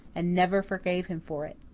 and never forgave him for it.